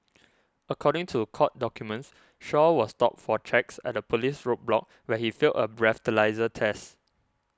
according to court documents Shaw was stopped for checks at a police roadblock where he failed a breathalyser test